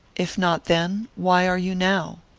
if not then, why are you now?